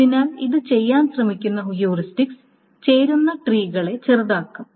അതിനാൽ ഇത് ചെയ്യാൻ ശ്രമിക്കുന്ന ഹ്യൂറിസ്റ്റിക്സ് ചേരുന്ന ട്രീകളെ ചെറുതാക്കും